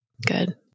Good